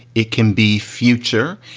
it can be future.